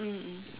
mmhmm